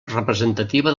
representativa